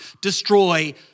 destroy